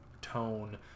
tone